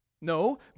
No